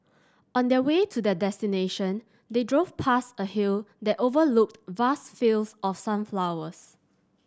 on the way to their destination they drove past a hill that overlooked vast fields of sunflowers